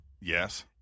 Yes